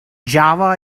java